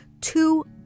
Two